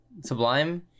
Sublime